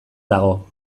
dago